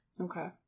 Okay